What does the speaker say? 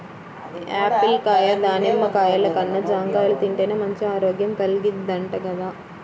Apple కాయ, దానిమ్మ కాయల కన్నా జాంకాయలు తింటేనే మంచి ఆరోగ్యం కల్గిద్దంట గదా